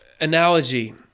analogy